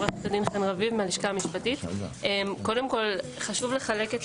קודם כל, חשוב לחלק את